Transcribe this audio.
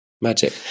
Magic